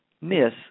miss